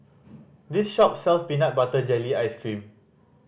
this shop sells peanut butter jelly ice cream